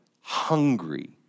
hungry